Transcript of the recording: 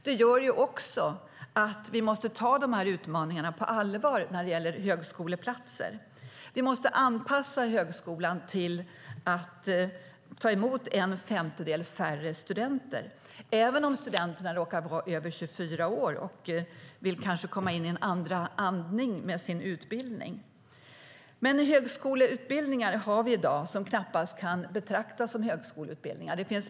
Det gör också att vi måste ta de här utmaningarna på allvar när det gäller högskoleplatser. Vi måste anpassa högskolan till att ta emot en femtedel färre studenter, även om studenterna råkar vara över 24 år och kanske vill komma in i en andra andning med sin utbildning. Men vi har högskoleutbildningar i dag som knappast kan betraktas som högskoleutbildningar.